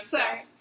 Sorry